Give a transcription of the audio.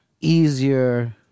easier